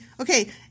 Okay